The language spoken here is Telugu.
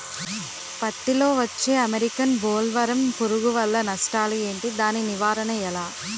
పత్తి లో వచ్చే అమెరికన్ బోల్వర్మ్ పురుగు వల్ల నష్టాలు ఏంటి? దాని నివారణ ఎలా?